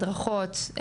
הדרכות,